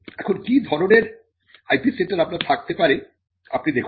এখন কি ধরনের IP সেন্টার আপনার থাকতে পারে আপনি দেখুন